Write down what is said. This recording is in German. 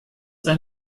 ein